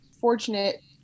fortunate